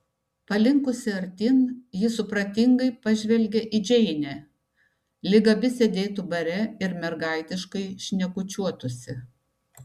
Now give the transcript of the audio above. palinkusi artyn ji supratingai pažvelgė į džeinę lyg abi sėdėtų bare ir mergaitiškai šnekučiuotųsi